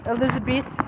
Elizabeth